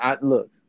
Look